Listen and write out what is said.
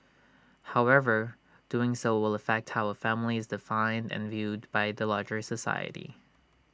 however doing so will affect how A family is defined and viewed by the larger society